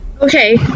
Okay